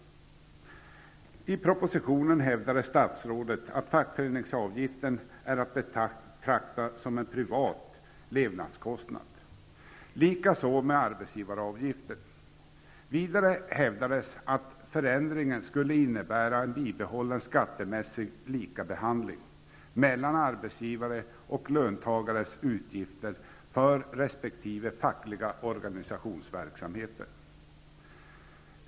I propositionen hävdar statsrådet att fackföreningsavgiften är att betrakta som en privat levnadskostnad -- likaså arbetsgivaravgiften. Vidare hävdas att förändringen skulle innebära en bibehållen skattemässig likabehandling mellan arbetsgivarens och löntagarens utgifter för resp. fackliga organisationsverksamheter.